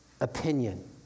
opinion